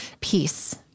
peace